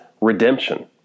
redemption